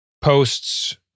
Posts